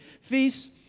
feasts